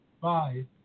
Bye